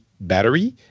battery